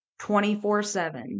24-7